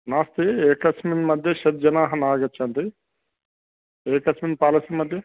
नास्ति एकस्मिन् मध्ये षड्जनाः नागच्छन्ति एकस्मिन् पालसिमध्ये